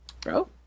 Bro